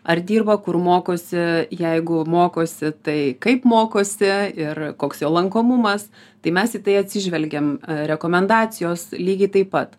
ar dirba kur mokosi jeigu mokosi tai kaip mokosi ir koks jo lankomumas tai mes į tai atsižvelgiam rekomendacijos lygiai taip pat